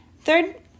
Third